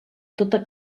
tota